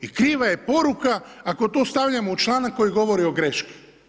I kriva je poruka ako to stavljamo u članak koji govori o greški.